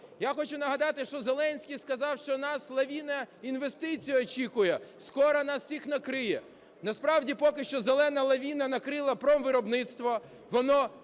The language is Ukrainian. Я хочу нагадати, що Зеленський сказав, що нас лавина інвестицій очікує, скоро нас всіх накриє. Насправді поки що "зелена" лавина накрила промвиробництво, воно